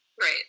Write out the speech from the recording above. Right